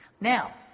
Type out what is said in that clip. Now